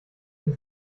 den